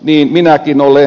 niin minäkin olen